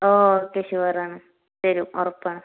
ഓ okay ഷുവറാണ് തരും ഉറപ്പാണ്